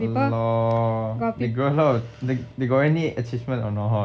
LOL they got a lot they got any achievement or not